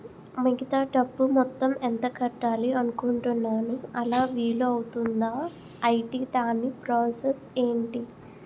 మిగతా డబ్బు మొత్తం ఎంత కట్టాలి అనుకుంటున్నాను అలా వీలు అవ్తుంధా? ఐటీ దాని ప్రాసెస్ ఎంటి?